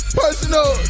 personal